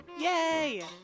yay